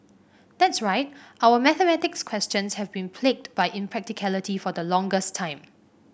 that's right our mathematics questions have been plagued by impracticality for the longest time